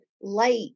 light